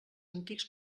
antics